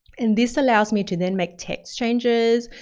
and this allows me to then make text changes.